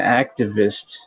activist